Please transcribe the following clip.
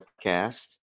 cast